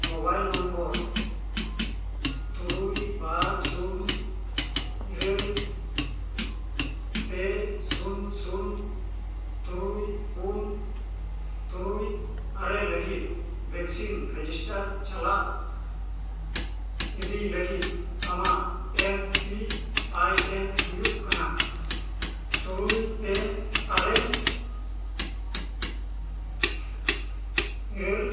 mobile number ᱛᱩᱨᱩᱭ ᱵᱟᱨ ᱥᱩᱱ ᱤᱨᱟᱹᱞ ᱯᱮ ᱥᱩᱱ ᱥᱩᱱ ᱛᱩᱨᱩᱭ ᱯᱩᱱ ᱛᱩᱨᱭ ᱟᱨᱮ ᱞᱟᱹᱜᱤᱫ ᱵᱷᱮᱠᱥᱤᱱ ᱨᱮᱡᱤᱥᱴᱟᱨ ᱪᱟᱞᱟᱜ ᱤᱫᱤ ᱞᱟᱹᱜᱤᱫ ᱟᱢᱟᱜ ᱮᱢ ᱯᱤ ᱟᱭ ᱮᱱ ᱦᱩᱭᱩᱜ ᱠᱟᱱᱟ ᱛᱩᱨᱩᱭ ᱯᱮ ᱟᱨᱮ ᱤᱨᱟᱹᱞ